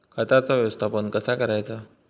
खताचा व्यवस्थापन कसा करायचा?